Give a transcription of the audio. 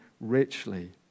richly